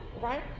Right